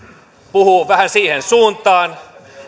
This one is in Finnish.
puhuu vähän siihen suuntaan